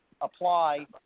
apply